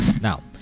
Now